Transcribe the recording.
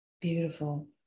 Beautiful